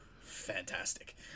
Fantastic